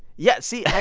yeah, see,